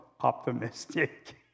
optimistic